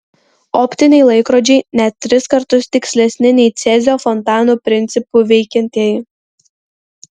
optiniai laikrodžiai net tris kartus tikslesni nei cezio fontanų principu veikiantieji